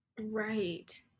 right